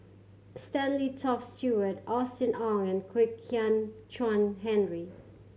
Stanley Toft Stewart Austen Ong and Kwek Hian Chuan Henry